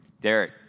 Derek